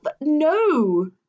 No